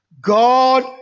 God